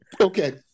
Okay